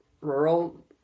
rural